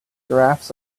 giraffes